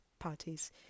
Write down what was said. parties